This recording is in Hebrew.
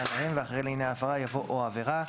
להם" ואחרי "לעניין הפרה" יבוא "או עבירה".